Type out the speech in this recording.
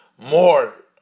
more